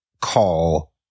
call